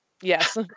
Yes